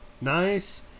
nice